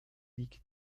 liegt